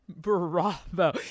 Bravo